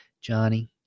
Johnny